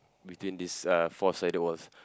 between these uh four sided walls